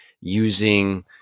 using